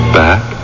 back